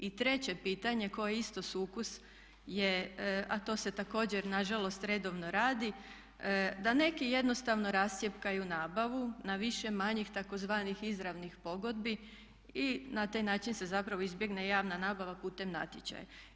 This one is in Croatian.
I treće pitanje koje je isto sukus je a to se također na žalost redovno radi, da neki jednostavno rascjepkaju nabavu na više manjih tzv. izravnih pogodbi i na taj način se zapravo izbjegne javna nabava putem natječaja.